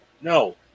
no